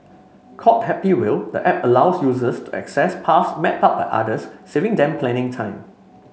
called Happy Wheel the app allows users to access paths mapped out by others saving them planning time